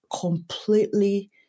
completely